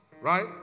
right